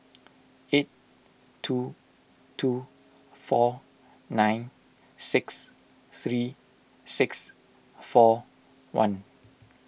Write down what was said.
eight two two four nine six three six four one